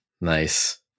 Nice